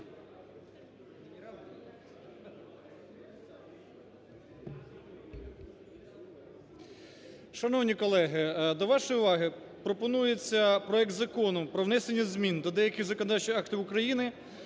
Шановні колеги, до вашої уваги пропонується проект Закону про внесення змін до деяких законодавчих актів України